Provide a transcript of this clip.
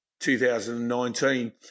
2019